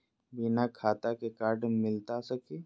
बिना खाता के कार्ड मिलता सकी?